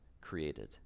created